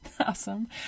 Awesome